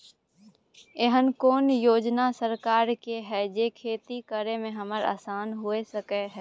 एहन कौय योजना सरकार के है जै खेती करे में हमरा आसान हुए सके छै?